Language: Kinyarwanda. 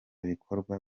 bikorwa